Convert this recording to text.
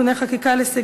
ברשות יושבת-ראש הישיבה,